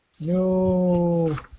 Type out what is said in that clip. No